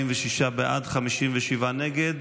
46 בעד, 57 נגד.